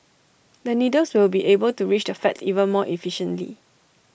the needles will be able to reach the fat even more efficiently